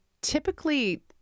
typically